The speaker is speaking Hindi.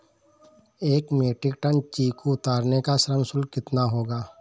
एक मीट्रिक टन चीकू उतारने का श्रम शुल्क कितना होगा?